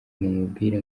mumubwire